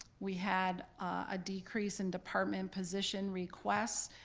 we had ah decrease in department position request.